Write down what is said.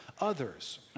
others